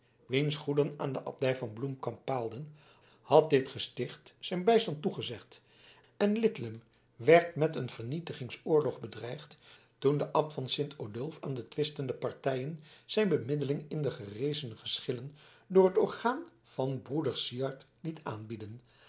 wiens goederen aan de abdij van bloemkamp paalden had dit gesticht zijn bijstand toegezegd en lidlum werd met een vernielingsoorlog bedreigd toen de abt van sint odulf aan de twistende partijen zijn bemiddeling in de gerezene geschillen door het orgaan van broeder syard liet aanbieden